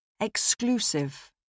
Exclusive